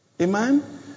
Amen